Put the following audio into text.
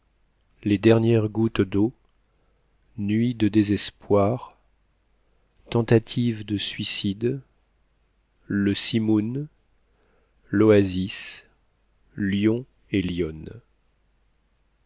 les dernières gouttes d'eau nuit de désespoir tentative de suicide le simoun l'oasis lion et lionne